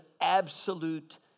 absolute